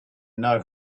know